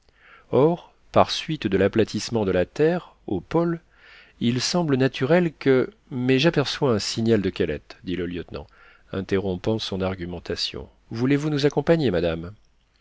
or par suite de l'aplatissement de la terre aux pôles il semble naturel que mais j'aperçois un signal de kellet dit le lieutenant interrompant son argumentation voulez-vous nous accompagner madame